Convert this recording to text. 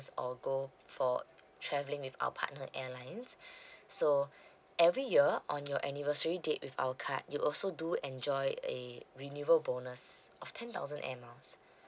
or go for traveling with our partner airlines so every year on your anniversary date with our card you also do enjoy a renewable bonus of ten thousand air miles